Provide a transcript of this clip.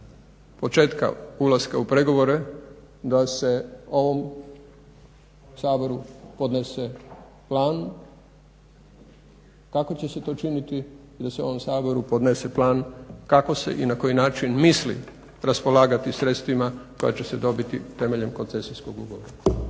početka ulaska u pregovore da se ovom Saboru podnese plan, kako će se to činiti da se ovom Saboru podnese plan, kako se i na koji način misli raspolagati sredstvima koja će se dobiti temeljem koncesijskog ugovora.